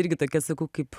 irgi tokia sakau kaip